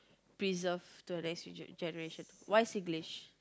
preserved to the next g~ generation why Singlish